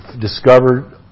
discovered